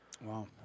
Wow